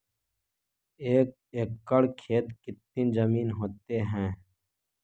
एक एकड़ खेत कितनी जमीन होते हैं?